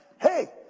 hey